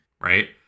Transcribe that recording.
right